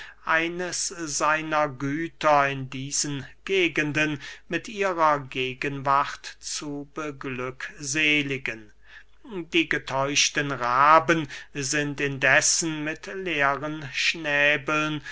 eines seiner güter in diesen gegenden mit ihrer gegenwart zu beglückseligen die getäuschten raben sind indessen mit leeren schnäbeln